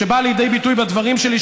שבאה לידי ביטוי בדברים שלי,